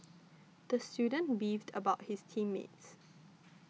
the student beefed about his team mates